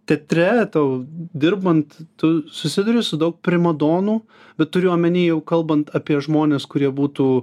teatre tau dirbant tu susiduri su daug primadonų bet turiu omeny jau kalbant apie žmones kurie būtų